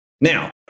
Now